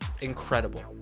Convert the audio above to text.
Incredible